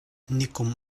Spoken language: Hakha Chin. nikum